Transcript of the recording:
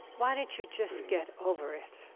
why don't you just get over it?